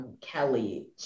Kelly